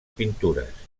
pintures